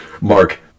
Mark